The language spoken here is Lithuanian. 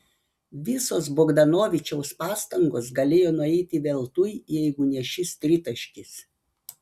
visos bogdanovičiaus pastangos galėjo nueiti veltui jeigu ne šis tritaškis